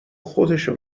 خودشو